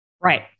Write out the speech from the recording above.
Right